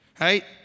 Right